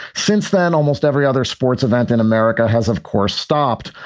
since then, almost every other sports event in america has of course, stopped.